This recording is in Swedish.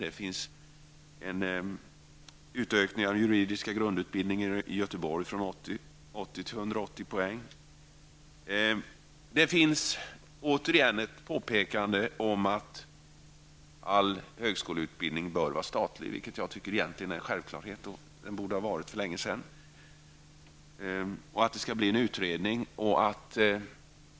Det föreslås en utökning av den juridiska grundutbildningen i Utskottet påpekar återigen att all högskoleutbildning bör vara statlig, vilket jag egentligen tycker är en självklarhet. Den borde ha varit det för länge sedan. Det föreslås också att en utredning skall tillsättas.